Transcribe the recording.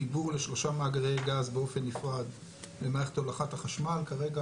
חיבור לשלושה מאגרי גז באופן נפרד למערכת הולכת הגז.